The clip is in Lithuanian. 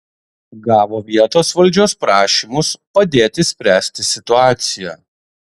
gavo vietos valdžios prašymus padėti spręsti situaciją